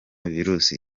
virusi